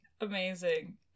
Amazing